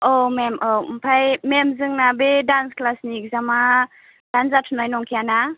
औ मेम औ ओमफ्राय मेम जोंना बे डान्स क्लासनि इक्जामा दानो जाथ'नाय नंखाया ना